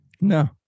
no